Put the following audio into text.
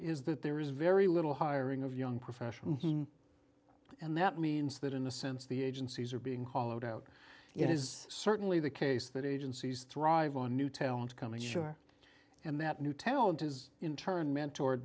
is that there is very little hiring of young professionals and that means that in a sense the agencies are being hollowed out it is certainly the case that agencies thrive on new talent coming sure and that new talent is in turn mentor